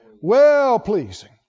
Well-pleasing